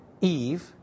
Eve